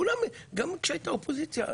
גם כשהיית אופוזיציה.